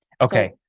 Okay